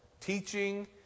teaching